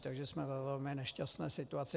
Takže jsme ve velmi nešťastné situaci.